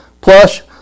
Plus